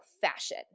fashion